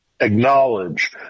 acknowledge